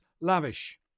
Lavish